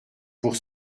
pour